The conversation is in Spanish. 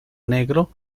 negro